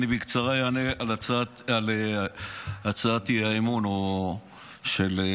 אענה בקצרה על הצעת האי-אמון של האופוזיציה.